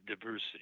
diversity